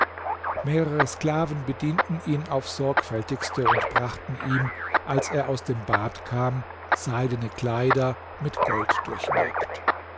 mehrere sklaven bedienten ihn aufs sorgfältigste und brachten ihm als er aus dem bad kam seidene kleider mit gold durchwirkt